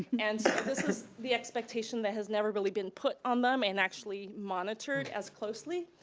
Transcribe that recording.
and so this is the expectation that has never really been put on them and actually monitored as closely.